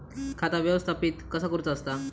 खाता व्यवस्थापित कसा करुचा असता?